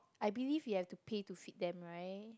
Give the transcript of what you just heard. I believe you have to pay to feed them right